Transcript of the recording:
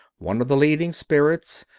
one of the leading spirits,